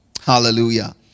Hallelujah